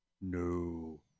No